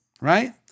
Right